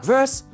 Verse